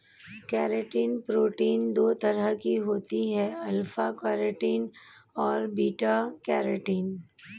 keratin protein दो तरह की होती है अल्फ़ा केरेटिन और बीटा केरेटिन